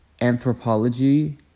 anthropology